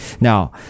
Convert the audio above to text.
Now